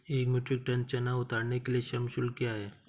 एक metric ton चना उतारने के लिए श्रम शुल्क क्या है?